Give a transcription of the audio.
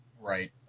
Right